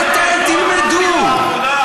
מתי תלמדו?